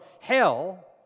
hell